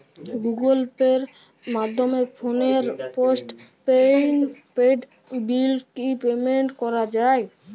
Google Pay মাধ্যমে ফোনের postpaid bill কি পেমেন্ট করা যায়?